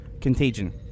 Contagion